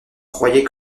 croyaient